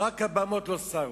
"רק הבמות לא סרו".